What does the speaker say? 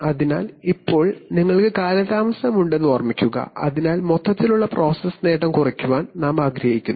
അതിനാൽ ഇപ്പോൾ നിങ്ങൾക്ക് കാലതാമസമുണ്ടെന്ന് ഓർമ്മിക്കുക അതിനാൽ മൊത്തത്തിലുള്ള പ്രോസസ്സ് നേട്ടം കുറയ്ക്കാൻ നിങ്ങൾ ആഗ്രഹിക്കുന്നു